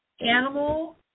animal